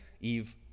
Eve